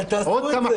אבל תעשו את זה.